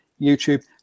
YouTube